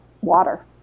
water